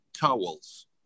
towels